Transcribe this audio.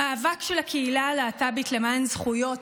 המאבק של הקהילה הלהט"בית למען זכויות